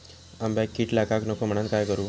आंब्यक कीड लागाक नको म्हनान काय करू?